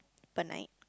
per night